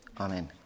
Amen